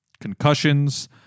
concussions